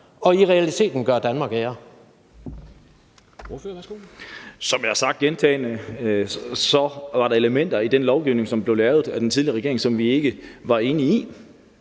Boje Mathiesen (NB): Som jeg har sagt gentagne gange, var der elementer i den lovgivning, som blev lavet af den tidligere regering, som vi ikke var enige i.